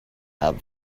have